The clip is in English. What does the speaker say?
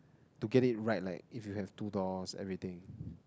to get it right like if you have two doors everything